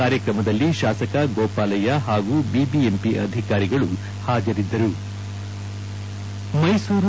ಕಾರ್ಯಕ್ರಮದಲ್ಲಿ ಶಾಸಕ ಗೋಪಾಲಯ್ಯ ಹಾಗೂ ಬಿಬಿಎಂಪಿ ಅಧಿಕಾರಿಗಳು ಹಾಜರಿದ್ದರು